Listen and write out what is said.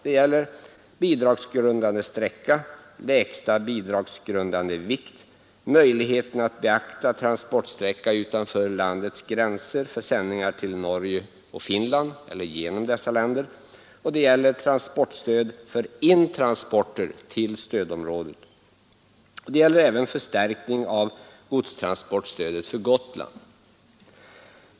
Det gäller möjligheten att beakta transportsträcka utanför landets gränser för sändningar till Norge och Finland, eller genom dessa länder, och Det gäller även förstärkning av godstransportstödet för Gotland.